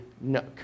nook